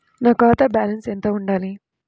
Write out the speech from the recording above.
నా ఖాతా బ్యాలెన్స్ ఎంత ఉండాలి?